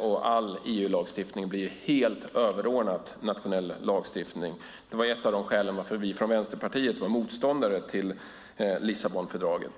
och all EU-lagstiftning helt överordnat nationell lagstiftning. Det var ett av skälet till varför vi från Vänsterpartiet var motståndare till Lissabonfördraget.